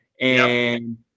And-